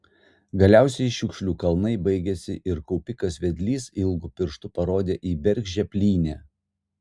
galiausiai šiukšlių kalnai baigėsi ir kaupikas vedlys ilgu pirštu parodė į bergždžią plynę